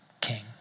king